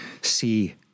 See